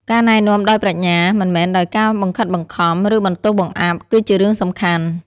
ការណែនាំដោយប្រាជ្ញា មិនមែនដោយការបង្ខិតបង្ខំ ឬបន្ទោសបង្អាប់ គឺជារឿងសំខាន់។